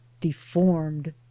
DEFORMED